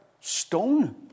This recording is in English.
stone